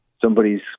somebody's